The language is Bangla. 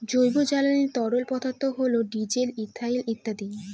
জৈব জ্বালানি তরল পদার্থ হল ডিজেল, ইথানল ইত্যাদি